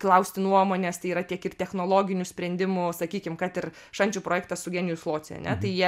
klausti nuomonės tai yra tiek ir technologinių sprendimų sakykim kad ir šančių projektas su genius loci ane tai jie